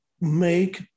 make